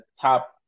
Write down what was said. top